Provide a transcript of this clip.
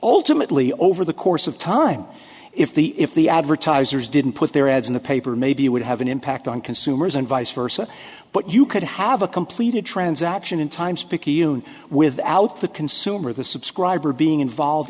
ultimately over the course of time if the if the advertisers didn't put their ads in the paper maybe you would have an impact on consumers and vice versa but you could have a completed transaction in times picayune without the consumer of the subscriber being involved